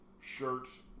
shirts